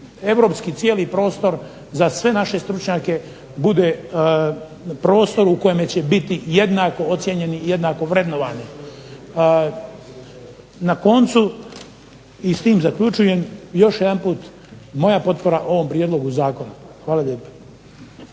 europski cijeli prostor za sve naše stručnjake bude prostor u kojemu će biti jednako ocijenjeni i jednako vrednovani. Na koncu i s tim zaključujem, još jedanput moja potpora ovom prijedlogu zakona. Hvala lijepa.